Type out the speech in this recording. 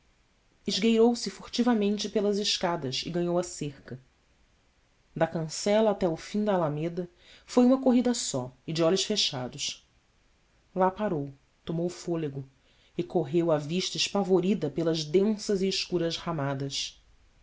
esgueirou-se furtivamente pelas escadas e ganhou a cerca da cancela até o fim da alameda foi uma corrida só e de olhos fechados lá parou tomou fôlego e correu a vista espavorida pelas densas e escuras ramadas